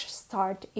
start